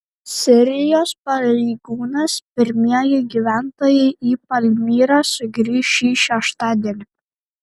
sirijos pareigūnas pirmieji gyventojai į palmyrą sugrįš šį šeštadienį